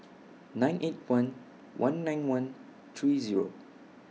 nine eight one one nine one three Zero